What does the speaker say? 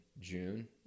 June